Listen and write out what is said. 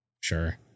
Sure